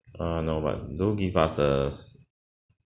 uh no but do give us a